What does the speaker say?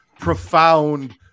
profound